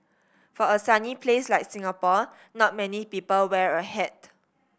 for a sunny place like Singapore not many people wear a hat